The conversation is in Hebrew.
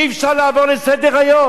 אי-אפשר לעבור לסדר-היום?